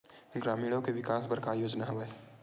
ग्रामीणों के विकास बर का योजना हवय?